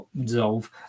dissolve